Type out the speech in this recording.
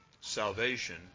Salvation